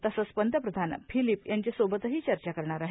तसंच पंतप्रधान फिलीप यांचेसोबतही चर्चा करणार आहेत